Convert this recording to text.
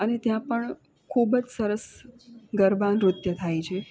અને ત્યાં પણ ખૂબ જ સરસ ગરબા નૃત્ય થાય છે